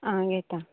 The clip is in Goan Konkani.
आं घेतां